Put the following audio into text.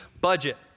budget